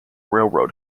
railroad